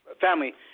family